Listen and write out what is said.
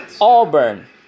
Auburn